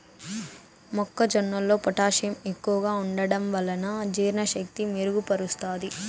మొక్క జొన్నలో పొటాషియం ఎక్కువగా ఉంటడం వలన జీర్ణ శక్తిని మెరుగు పరుస్తాది